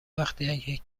وقتی